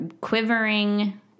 quivering